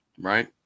right